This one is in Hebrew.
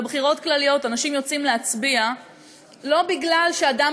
בבחירות כלליות אנשים יוצאים להצביע לא בגלל שאדם